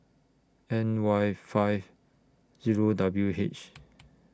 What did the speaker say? N Y five Zero W H